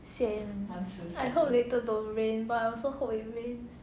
sian I hope later don't rain but I also hope it rains